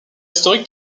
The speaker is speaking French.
historique